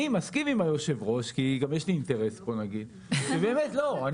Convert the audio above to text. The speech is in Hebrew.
אני מסכים עם היושב ראש -כי גם יש לי אינטרס כאן - שמי שהוכשר,